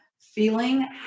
feeling